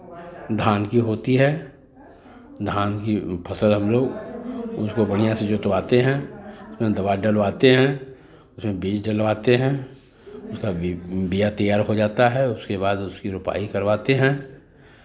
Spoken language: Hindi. धान की होती है धान की फसल हम लोग उसको बढ़ियाँ से जोतवाते हैं उसमें दवा डलवाते हैं उसमें बीज डलवाते हैं तब बीया तैयार हो जाता है उसके बाद उसकी रोपाई करवाते हैं